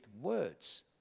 words